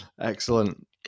Excellent